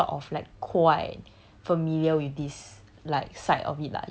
so in a sense he's sort of like quite familiar with this